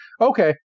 okay